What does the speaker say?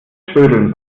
trödeln